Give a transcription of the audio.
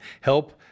Help